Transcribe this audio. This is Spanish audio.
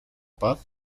pub